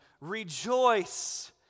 Rejoice